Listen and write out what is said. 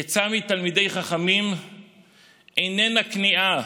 עצה מתלמידי חכמים איננה כניעה,